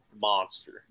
Monster